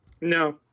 No